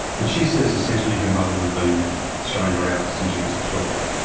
and she says essentially her mother has been throwing her out since she was twelve.